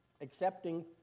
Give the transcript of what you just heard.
Accepting